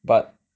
but